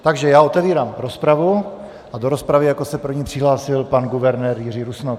Takže já otevírám rozpravu, a do rozpravy se jako první přihlásil pan guvernér Jiří Rusnok.